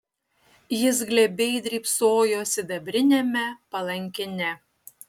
jis glebiai drybsojo sidabriniame palankine